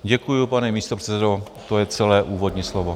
Děkuju, pane místopředsedo, to je celé úvodní slovo.